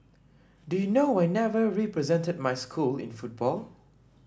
do you know I never represented my school in football